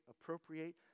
appropriate